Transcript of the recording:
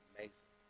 Amazing